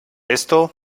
esto